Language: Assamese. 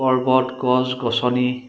পৰ্বত গছ গছনি